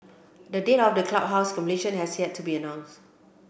the date of the clubhouse's completion has yet to be announced